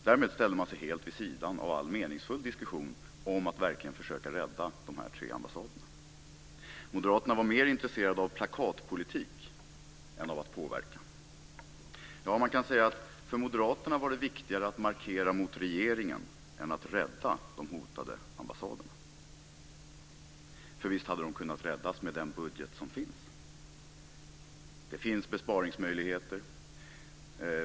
Därmed ställde man sig helt vid sidan av all meningsfull diskussion om att verkligen försöka rädda de här tre ambassaderna. Moderaterna var mer intresserade av plakatpolitik än av att påverka. Man kan säga att det för moderaterna var viktigare att markera mot regeringen än att rädda de hotade ambassaderna. För de hade visst kunnat räddas med den budget som finns. Det finns besparingsmöjligheter.